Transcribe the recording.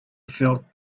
felt